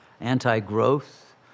anti-growth